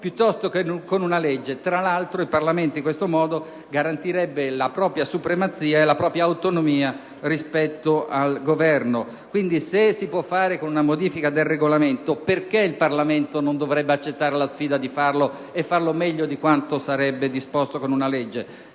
piuttosto che con una legge. Tra l'altro, il Parlamento in questo modo garantirebbe la propria supremazia e la propria autonomia rispetto al Governo. Quindi, se si può fare con una modifica del Regolamento, perché il Parlamento non dovrebbe accettare la sfida di farlo, e meglio, rispetto a quanto sarebbe disposto con una legge?